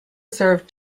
served